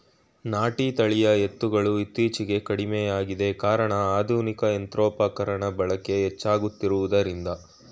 ನಾಟಿ ತಳಿಯ ಎತ್ತುಗಳು ಇತ್ತೀಚೆಗೆ ಕಡಿಮೆಯಾಗಿದೆ ಕಾರಣ ಆಧುನಿಕ ಯಂತ್ರೋಪಕರಣಗಳ ಬಳಕೆ ಹೆಚ್ಚಾಗುತ್ತಿರುವುದರಿಂದ